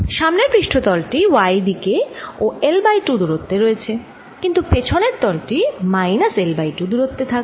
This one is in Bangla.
সামনের পৃষ্ঠ তল টি y দিকেও L বাই 2 দূরত্বে রয়েছে কিন্তু পেছনের তল টি মাইনাস L বাই 2 দূরত্বে থাকবে